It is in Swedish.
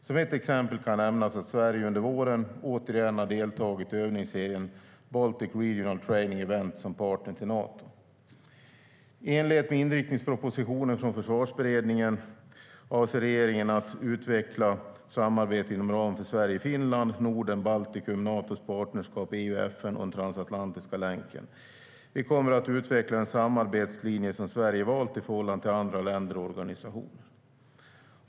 Som ett exempel kan nämnas att Sverige under våren återigen har deltagit i övningsserien Baltic Regional Training Event som partner till Nato. I enlighet med inriktningspropositionen från Försvarsberedningen avser regeringen att utveckla samarbetet inom ramen för Sverige-Finland, Norden, Baltikum, Natos partnerskap, EU, FN och den transatlantiska länken. Vi kommer att utveckla den samarbetslinje som Sverige valt i förhållande till andra länder och organisationer.